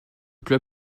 club